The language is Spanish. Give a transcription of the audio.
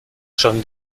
son